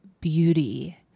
beauty